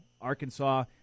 Arkansas